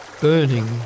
burning